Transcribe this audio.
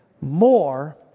more